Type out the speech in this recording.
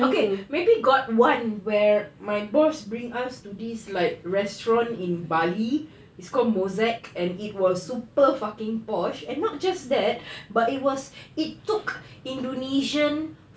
okay maybe got one where my boss brings us to this like restaurant in bali it's called mosaic and it was super fucking posh and not just that but it was it took indonesian